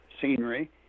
scenery